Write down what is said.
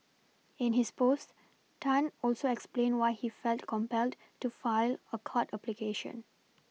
in his post Tan also explained why he felt compelled to file a court application